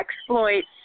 exploits